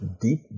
deep